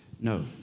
No